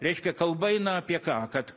reiškia kalba eina apie ką kad